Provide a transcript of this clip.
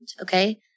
okay